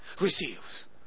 receives